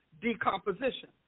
decomposition